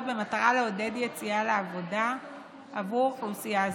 במטרה לעודד יציאה לעבודה עבור אוכלוסייה זו,